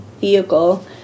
vehicle